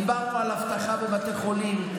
דיברנו על אבטחה בבתי חולים,